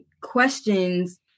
questions